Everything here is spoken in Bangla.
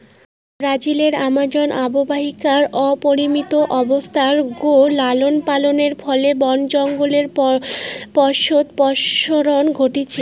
ব্রাজিলর আমাজন অববাহিকাত অপরিমিত অবস্থাত গো লালনপালনের ফলে বন জঙ্গলের পশ্চাদপসরণ ঘইটছে